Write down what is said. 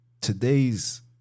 today's